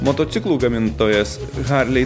motociklų gamintojas harlei